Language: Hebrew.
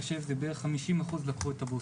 אז שם באמת צריך לראות איך מתמודדים עם זה,